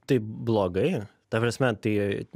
tai blogai ta prasme tai